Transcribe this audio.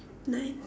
nice